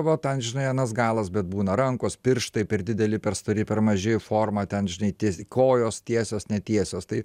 va ten žinai anas galas bet būna rankos pirštai per dideli per stori per maži forma ten žinai tiesiai kojos tiesos netiesos tai